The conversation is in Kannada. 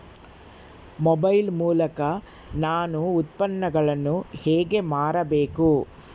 ಮೊಬೈಲ್ ಮೂಲಕ ನಾನು ಉತ್ಪನ್ನಗಳನ್ನು ಹೇಗೆ ಮಾರಬೇಕು?